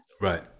Right